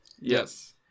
Yes